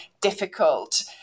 difficult